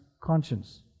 conscience